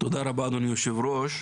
תודה רבה אדוני יושב הראש.